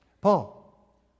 Paul